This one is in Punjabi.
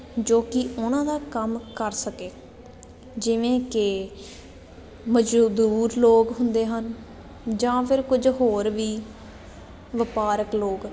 ਜੋ ਕਿ ਉਹਨਾਂ ਦਾ ਕੰਮ ਕਰ ਸਕੇ ਜਿਵੇਂ ਕਿ ਮਜ਼ਦੂਰ ਲੋਕ ਹੁੰਦੇ ਹਨ ਜਾਂ ਫਿਰ ਕੁਝ ਹੋਰ ਵੀ ਵਪਾਰਕ ਲੋਕ